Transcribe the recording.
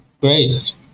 Great